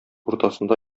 уртасында